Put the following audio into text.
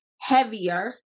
heavier